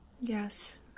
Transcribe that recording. Yes